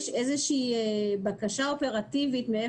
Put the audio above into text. לבקש בקשה אופרטיבית לצרכים שלנו,